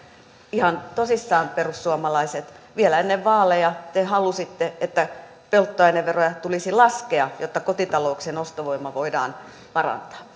ihan tosissaan perussuomalaiset vielä ennen vaaleja te halusitte että polttoaineveroja tulisi laskea jotta kotitalouksien ostovoimaa voidaan parantaa